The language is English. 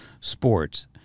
sports